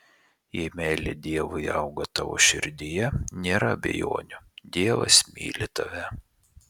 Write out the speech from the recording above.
jei meilė dievui auga tavo širdyje nėra abejonių dievas myli tave